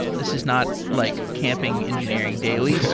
this is not like camping engineering daily.